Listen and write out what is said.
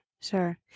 Sure